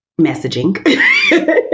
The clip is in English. messaging